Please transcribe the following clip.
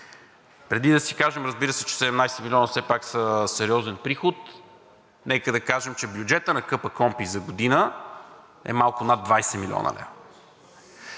Преди да си кажем, разбира се, че 17 милиона все пак са сериозен приход, нека да кажем, че бюджетът на КПКОНПИ за година е малко над 20 млн. лв.